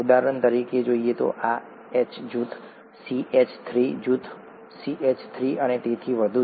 ઉદાહરણ તરીકે આ H જૂથ CH3 જૂથ CH3 અને તેથી વધુ